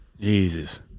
Jesus